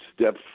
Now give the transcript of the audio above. step